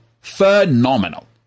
Phenomenal